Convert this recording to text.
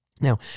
Now